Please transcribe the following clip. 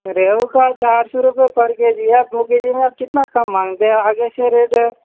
ریہو کا چار سو روپیہ پر کے جی ہے دو کے جی میں آپ کتنا کم مانگتے ہو آگے سے ریٹ ہے